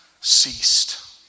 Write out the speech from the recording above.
ceased